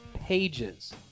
pages